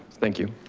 thank you.